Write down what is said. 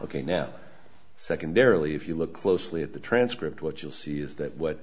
ok now secondarily if you look closely at the transcript what you'll see is that what